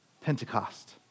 Pentecost